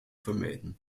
vermeiden